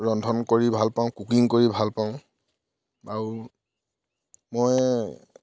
ৰন্ধন কৰি ভাল পাওঁ কুকিং কৰি ভাল পাওঁ আৰু মই